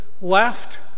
left